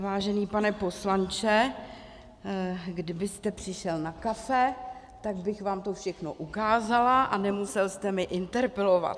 Vážený pane poslanče, kdybyste přišel na kafe, tak bych vám to všechno ukázala a nemusel jste mě interpelovat.